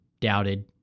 doubted